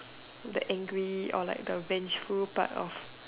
the angry or like the vengeful part of